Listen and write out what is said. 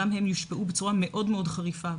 גם אלה יושפעו בצורה מאוד מאוד חריפה.